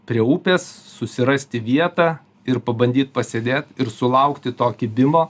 prie upės susirasti vietą ir pabandyt pasėdėt ir sulaukti to kibimo